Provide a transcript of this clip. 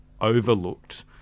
overlooked